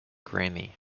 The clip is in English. grammy